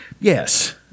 Yes